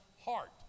heart